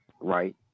right